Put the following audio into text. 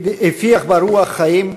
הפיח בה רוח חיים,